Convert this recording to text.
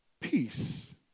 peace